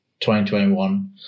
2021